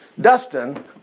Dustin